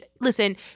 Listen